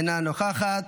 אינה נוכחת.